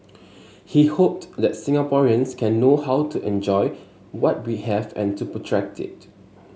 he hoped that Singaporeans can know how to enjoy what we have and to protect it